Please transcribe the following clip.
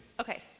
Okay